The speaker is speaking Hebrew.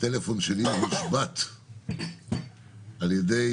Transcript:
הטלפון שלי הושבת על ידי,